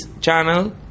channel